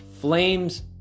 Flames